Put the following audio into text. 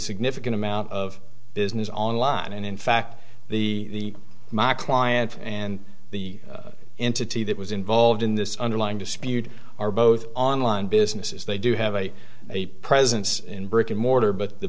significant amount of business online and in fact the my client and the entity that was involved in this underlying dispute are both online businesses they do have a a presence in brick and mortar but the